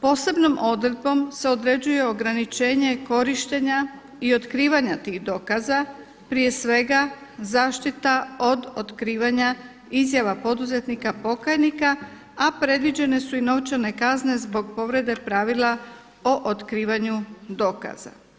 Posebnom odredbom se određuje ograničenje korištenja i otkrivanja tih dokaza, prije svega zaštita od otkrivanja izjava poduzetnika, pokajnika a predviđene su u i novčane kazne zbog povrede pravila o otkrivanju dokaza.